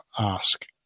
ask